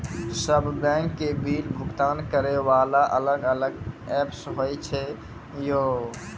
सब बैंक के बिल भुगतान करे वाला अलग अलग ऐप्स होय छै यो?